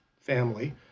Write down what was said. family